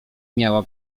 miała